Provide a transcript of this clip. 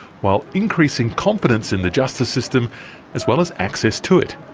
while increasing confidence in the justice system as well as access to it.